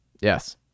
Yes